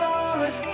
Lord